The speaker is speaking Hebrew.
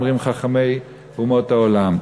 אומרים חכמי אומות העולם.